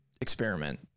experiment